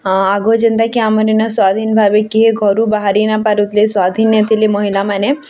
ହଁ ଆଗ ଯେନ୍ଟା କି ଆମେ ନ ସ୍ୱାଧୀନ୍ ଭାବେ କିଏ ଘରୁ ବାହାରି ନାଇଁ ପାରୁଥିଲେ ସ୍ୱାଧୀନ୍ ନାଇଁ ଥିଲେ ମହିଲାମାନେ